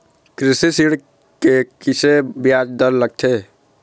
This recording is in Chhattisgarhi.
कृषि ऋण के किसे ब्याज दर लगथे?